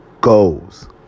goals